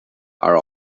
are